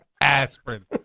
Aspirin